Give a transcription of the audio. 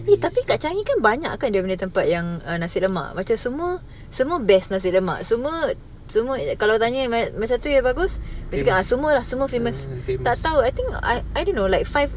famous